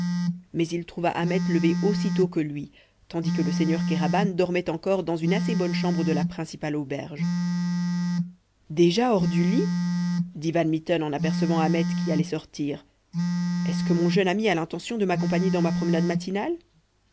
mais il trouva ahmet levé aussi tôt que lui tandis que le seigneur kéraban dormait encore dans une assez bonne chambre de la principale auberge déjà hors du lit dit van mitten en apercevant ahmet qui allait sortir est-ce que mon jeune ami a l'intention de m'accompagner dans ma promenade matinale